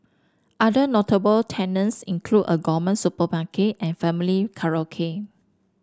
other notable tenants include a gourmet supermarket and family karaoke